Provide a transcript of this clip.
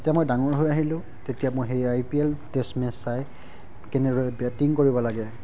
তেতিয়া মই ডাঙৰ হৈ আহিলোঁ তেতিয়া মই সেই I P L test match চাই কেনেদৰে বেটিং কৰিব লাগে